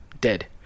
Dead